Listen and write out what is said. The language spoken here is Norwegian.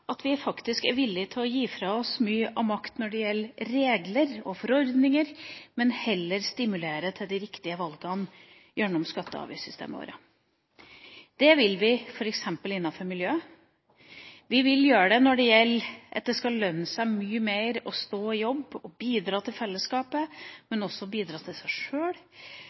at vi faktisk er villig til å gi fra oss mye av makten når det gjelder regler og forordninger, og heller stimulere til de riktige valgene gjennom skatte- og avgiftssystemet vårt. Det vil vi f.eks. innenfor miljø. Vi vil gjøre det for at det skal lønne seg mye mer å stå i jobb og bidra til fellesskapet, men også til seg sjøl.